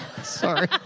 Sorry